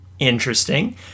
Interesting